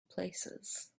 places